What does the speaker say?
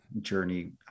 journey